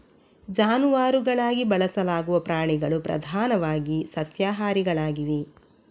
ಜಾನುವಾರುಗಳಾಗಿ ಬಳಸಲಾಗುವ ಪ್ರಾಣಿಗಳು ಪ್ರಧಾನವಾಗಿ ಸಸ್ಯಾಹಾರಿಗಳಾಗಿವೆ